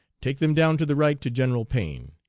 take them down to the right to general payne.